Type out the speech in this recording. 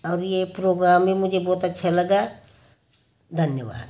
अब ये प्रोग्राम है मुझे बहुत अच्छा लगा धन्यवाद